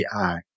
AI